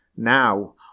now